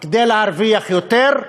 כדי להרוויח יותר,